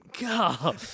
God